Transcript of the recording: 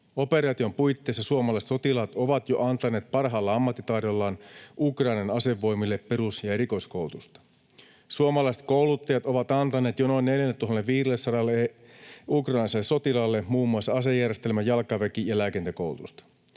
Operaation puitteissa suomalaiset sotilaat ovat jo antaneet parhaalla ammattitaidollaan Ukrainan asevoimille perus- ja erikoiskoulutusta. Suomalaiset kouluttajat ovat antaneet jo noin 4 500 ukrainalaiselle sotilaalle muun muassa asejärjestelmä-, jalkaväki- ja lääkintäkoulutusta.